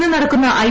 ഇന്ന് നടക്കുന്ന ഐ